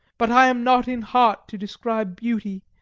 but i am not in heart to describe beauty,